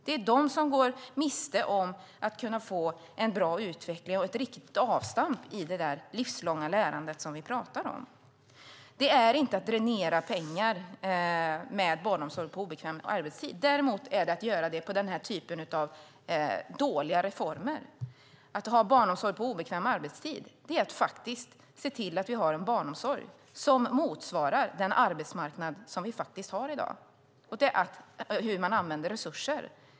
Det är de som går miste om att kunna få en bra utveckling och ett riktigt avstamp i det livslånga lärandet som vi talar om. Det är inte att dränera pengar att ha barnomsorg på obekväm arbetstid. Det är det däremot när man gör den här typen av dåliga reformer. Att ha barnomsorg på obekväm arbetstid är att se till att vi har en barnomsorg som motsvarar den arbetsmarknad som vi har i dag. Det handlar om hur man använder resurser.